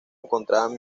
encontraban